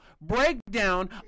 breakdown